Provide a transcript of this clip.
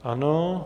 Ano.